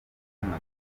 gatanu